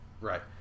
Right